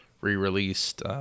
re-released